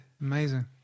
amazing